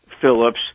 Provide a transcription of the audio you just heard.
Phillips